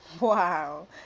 wow